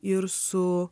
ir su